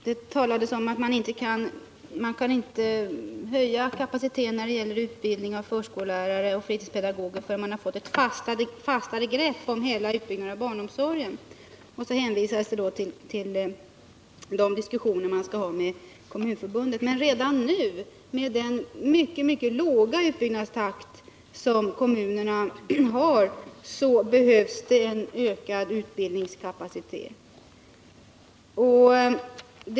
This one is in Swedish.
Herr talman! Det talades om att man inte kan höja kapaciteten när det gäller utbildning av förskollärare och fritidspedagoger förrän man har fått ett fastare grepp om hela utbyggnaden av barnomsorgen, och så hänvisades det till de diskussioner man skall ha med Kommunförbundet. Men redan nu, med den mycket, mycket låga utbyggnadstakt som kommunerna har, behövs det en ökad utbildningskapacitet.